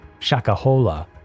shakahola